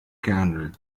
kernel